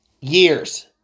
years